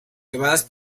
llevadas